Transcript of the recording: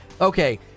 Okay